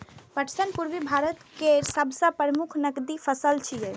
पटसन पूर्वी भारत केर सबसं प्रमुख नकदी फसल छियै